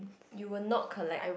you will not collect